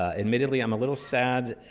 admittedly, i'm a little sad